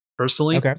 Personally